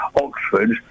Oxford